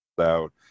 out